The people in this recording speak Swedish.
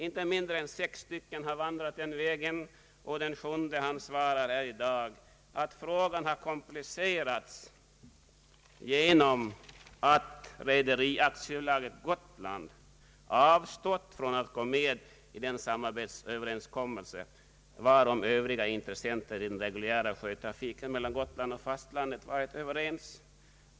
Inte mindre än sex stycken har vandrat den vägen, och den sjunde svarar här i dag att frågan har komplicerats genom att Rederi AB Gotland har ”avstått från att gå med i den samarbetsöverenskommelse varom Övriga intressenter i den reguljära sjöfarten mellan Gotland och fastlandet varit överens”.